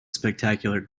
spectacular